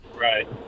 Right